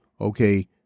okay